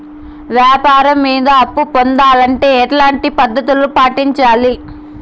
వ్యాపారం మీద అప్పు పొందాలంటే ఎట్లాంటి పద్ధతులు పాటించాలి?